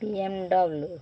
BMW